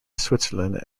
switzerland